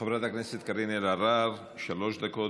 חברת הכנסת קארין אלהרר, שלוש דקות,